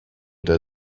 der